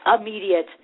immediate –